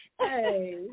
Hey